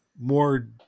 more